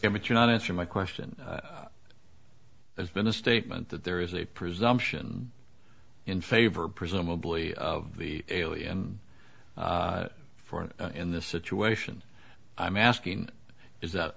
to not answer my question there's been a statement that there is a presumption in favor presumably of the alien for in this situation i'm asking is that